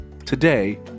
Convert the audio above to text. today